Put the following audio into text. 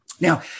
Now